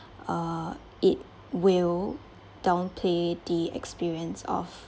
uh it will downplay the experience of